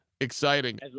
exciting